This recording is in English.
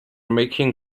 making